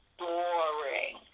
boring